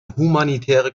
humanitäre